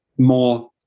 More